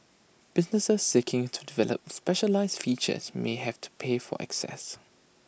businesses seeking to develop specialised features may have to pay for access